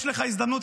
יש לך הזדמנות,